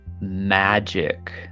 magic